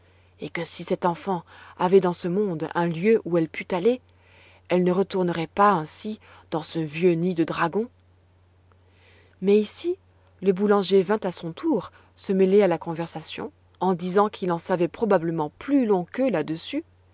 et que si cette enfant avait dans ce monde un lieu où elle pût aller elle ne retournerait pas ainsi dans ce vieux nid de dragon mais ici le boulanger vint à son tour se mêler à la conversation en disant qu'il en savait probablement plus long qu'eux là-dessus